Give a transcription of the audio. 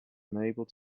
unable